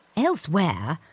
elsewhere,